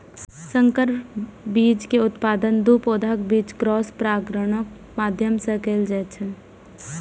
संकर बीज के उत्पादन दू पौधाक बीच क्रॉस परागणक माध्यम सं कैल जाइ छै